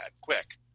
quick